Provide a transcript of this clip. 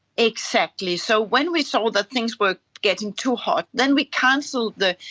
exactly. so when we saw that things were getting too hot, then we cancelled the,